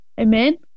Amen